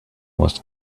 was